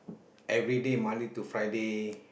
everyday Monday to Friday